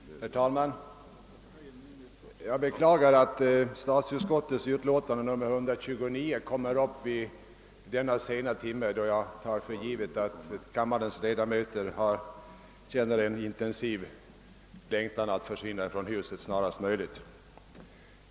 Herr talman! Jag beklagar att statsutskottets utlåtande nr 129 kommer upp till behandling vid denna sena timme, då jag tar för givet att kammarens ledamöter känner en intensiv längtan att försvinna från huset så snart som möjligt.